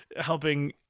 helping